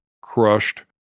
crushed